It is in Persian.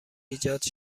ایجاد